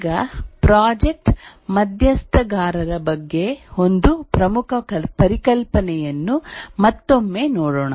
ಈಗ ಪ್ರಾಜೆಕ್ಟ್ ಮಧ್ಯಸ್ಥಗಾರರ ಬಗ್ಗೆ ಒಂದು ಪ್ರಮುಖ ಪರಿಕಲ್ಪನೆಯನ್ನು ಮತ್ತೊಮ್ಮೆ ನೋಡೋಣ